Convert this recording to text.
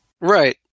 right